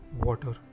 water